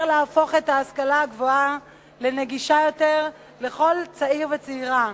להפוך את ההשכלה הגבוהה לנגישה יותר לכל צעיר וצעירה.